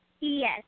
Yes